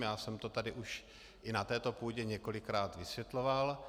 Já jsem to tady už i na této půdě několikrát vysvětloval.